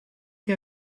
què